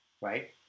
right